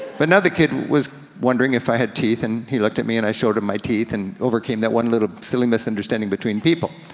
but now the kid was wondering if i had teeth, and he looked at me, and i showed him my teeth, and overcame that one little silly misunderstanding between people.